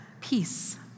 peace